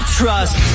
trust